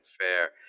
fair